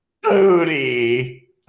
Booty